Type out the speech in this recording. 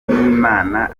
n’imana